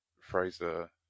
Fraser